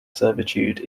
servitude